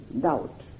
doubt